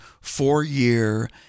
four-year